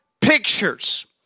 pictures